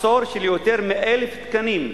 מחסור של יותר מ-1,000 תקנים.